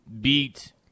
beat